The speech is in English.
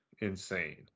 insane